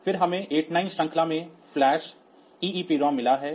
फिर हमें 89 श्रृंखलाओं में फ्लैश ईईप्रॉम मिला है